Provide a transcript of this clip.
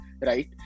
right